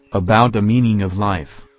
about the meaning of life.